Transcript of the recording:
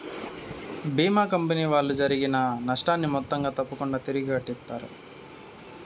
భీమా company వాళ్ళు జరిగిన నష్టాన్ని మొత్తంగా తప్పకుంగా తిరిగి కట్టిత్తారు